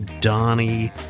Donnie